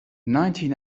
nineteen